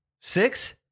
six